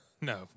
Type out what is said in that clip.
No